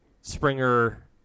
Springer